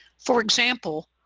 for example,